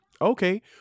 Okay